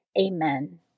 Amen